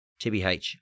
TBH